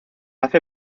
hace